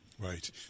Right